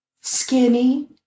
skinny